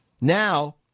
Now